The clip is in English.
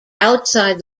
outside